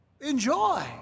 enjoy